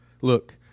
Look